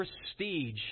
prestige